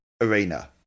Arena